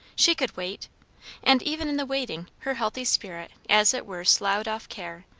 she could wait and even in the waiting, her healthy spirit as it were sloughed off care,